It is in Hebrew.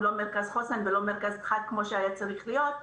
הוא לא מרכז חוסן ולא מרכז דחק כמו שהיה צריך להיות,